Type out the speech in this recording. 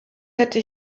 hätte